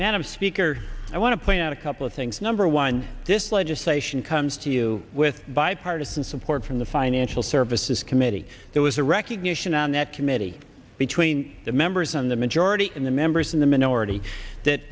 madam speaker i want to point out a couple of things number one this legislation comes to you with bipartisan support from the financial services committee there was a recognition on that committee between the members on the majority in the members in the minority that